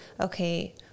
okay